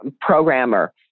programmer